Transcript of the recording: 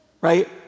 Right